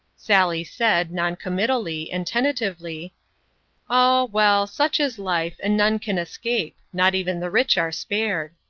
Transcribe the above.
sally said, non-committally and tentatively ah, well, such is life, and none can escape not even the rich are spared.